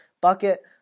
bucket